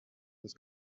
this